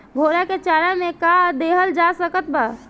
घोड़ा के चारा मे का देवल जा सकत बा?